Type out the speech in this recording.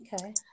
Okay